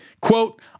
Quote